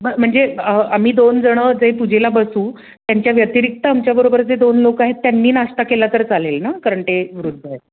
बरं म्हणजे आम्ही दोन जण जे पूजेला बसू त्यांच्या व्यतिरिक्त आमच्या बरोबर जे दोन लोक आहेत त्यांनी नाश्ता केला तर चालेल ना कारण ते वृद्ध आहे